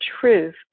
truth